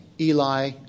Eli